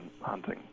hunting